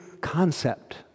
concept